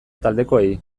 taldekoei